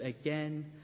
again